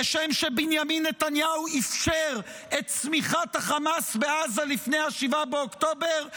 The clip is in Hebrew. כשם שבנימין נתניהו אפשר את צמיחת החמאס בעזה לפני 7 באוקטובר,